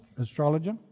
astrologer